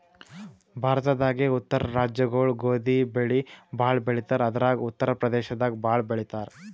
ಭಾರತದಾಗೇ ಉತ್ತರ ರಾಜ್ಯಗೊಳು ಗೋಧಿ ಬೆಳಿ ಭಾಳ್ ಬೆಳಿತಾರ್ ಅದ್ರಾಗ ಉತ್ತರ್ ಪ್ರದೇಶದಾಗ್ ಭಾಳ್ ಬೆಳಿತಾರ್